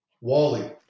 Wally